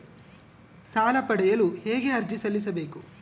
ಸಾಲ ಪಡೆಯಲು ಹೇಗೆ ಅರ್ಜಿ ಸಲ್ಲಿಸಬೇಕು?